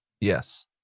Yes